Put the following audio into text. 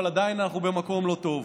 אבל עדיין אנחנו במקום לא טוב.